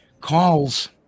calls